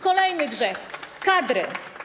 Kolejny grzech, kadry.